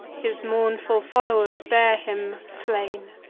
his mournful followers bear him slain!